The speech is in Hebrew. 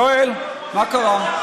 יואל, מה קרה?